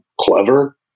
clever